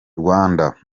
rwanda